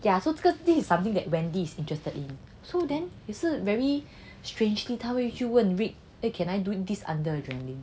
yeah so 这个是 this is something that wendy is interested in so then 也是 very strange thing 他会去问 vick eh can I do this under adreline